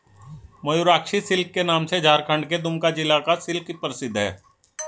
Mayurakshi silk के नाम से झारखण्ड के दुमका जिला का सिल्क प्रसिद्ध है